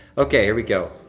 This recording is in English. okay, here we go.